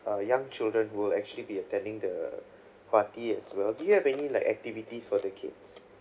uh young children will actually be attending the party as well do you have any like activities for the kids